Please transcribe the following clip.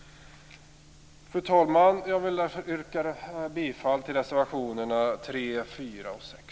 Fru talman! Jag vill därför yrka bifall till reservationerna 3, 4 och 6.